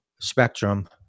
spectrum